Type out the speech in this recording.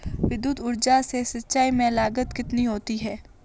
विद्युत ऊर्जा से सिंचाई में लागत कितनी होती है?